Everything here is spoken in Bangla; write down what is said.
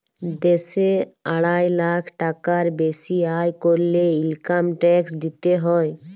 দ্যাশে আড়াই লাখ টাকার বেসি আয় ক্যরলে ইলকাম ট্যাক্স দিতে হ্যয়